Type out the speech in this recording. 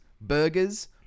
burgers